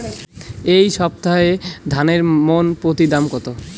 এই সপ্তাহে ধানের মন প্রতি দাম কত?